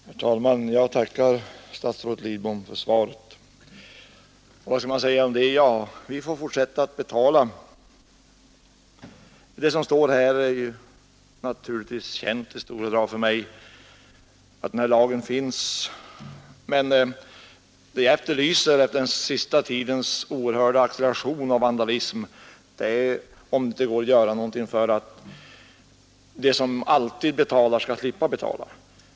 Herr talman! Jag tackar statsrådet Lidbom för svaret. Och vad skall man a om det? Vi får fortsätta betala! Det som står i svaret är naturligtvis känt för mig i stora drag. Jag vet att den nämnda lagen finns. Men acceleration av vandalism efter den senaste tidens oerhörda efterlyser vi åtgärder som skulle medföra att de som alltid betalar skall slippa göra det.